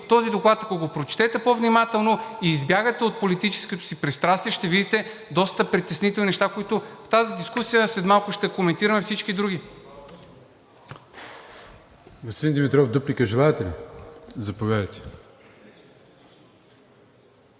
Този доклад, ако го прочетете по-внимателно и избягате от политическото си пристрастие, ще видите доста притеснителни неща, които в тази дискусия след малко ще коментираме.